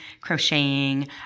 crocheting